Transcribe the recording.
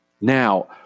Now